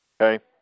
Okay